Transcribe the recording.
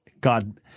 God